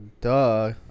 duh